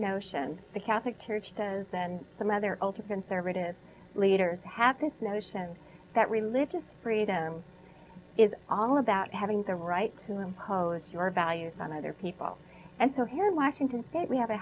notion the catholic church says and some other ultra conservative leaders have this notion that religious freedom is all about having the right to impose your values on other people and so here in washington state we have a